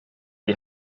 die